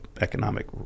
economic